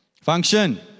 Function